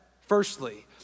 firstly